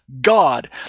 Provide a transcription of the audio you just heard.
god